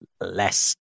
less